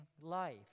life